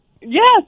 Yes